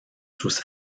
sus